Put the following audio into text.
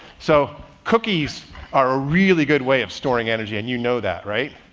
so cookies are a really good way of storing energy and you know that, right?